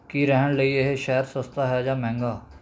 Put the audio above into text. ਕੀ ਰਹਿਣ ਲਈ ਇਹ ਸ਼ਹਿਰ ਸਸਤਾ ਹੈ ਜਾਂ ਮਹਿੰਗਾ